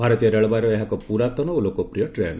ଭାରତୀୟ ରେଳବାଇର ଏହା ଏକ ପ୍ରରାତନ ଓ ଲୋକପ୍ରିୟ ଟ୍ରେନ୍